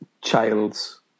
Childs